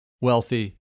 wealthy